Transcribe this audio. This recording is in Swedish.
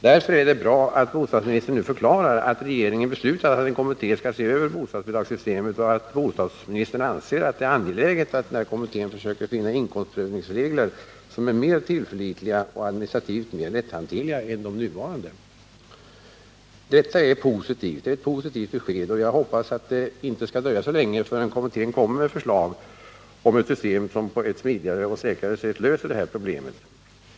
Därför är det bra att bostadsministern nu förklarar att regeringen beslutat att en kommitté skall se över bostadsbidragssystemet och att bostadsministern anser att det är angeläget att kommittén försöker finna inkomstprövningsregler som är mer tillförlitliga och administrativt mer lätthanterliga än de nuvarande. Det är ett positivt besked, och jag hoppas att det inte skall dröja så länge förrän kommittén kommer med förslag om ett system som på ett smidigare och säkrare sätt löser problemen.